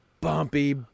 bumpy